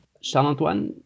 Charles-Antoine